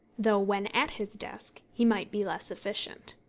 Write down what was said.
though when at his desk he might be less efficient.